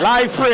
Life